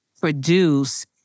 produce